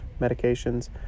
medications